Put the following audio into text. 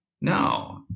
No